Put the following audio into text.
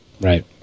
Right